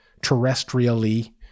terrestrially